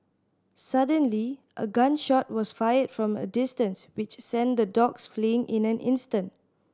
suddenly a gun shot was fired from a distance which sent the dogs fleeing in an instant